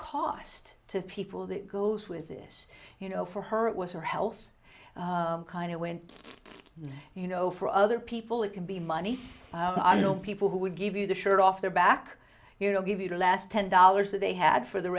cost to people that goes with this you know for her it was her health kind of went you know for other people it can be money i know people who would give you the shirt off their back you know give you the last ten dollars that they had for the